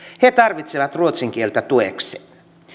he tarvitsevat ruotsin kieltä tuekseen